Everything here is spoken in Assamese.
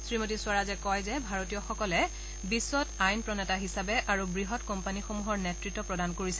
শ্ৰীমতী স্বৰাজে কয় যে ভাৰতীয়সকলে বিশ্বত আইন প্ৰণেতা আৰু বৃহৎ কোম্পানীসমূহৰ নেতৃত্ব প্ৰদান কৰিছে